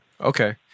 Okay